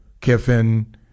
Kiffin